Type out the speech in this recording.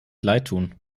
leidtun